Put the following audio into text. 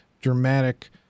dramatic